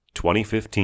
2015